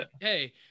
hey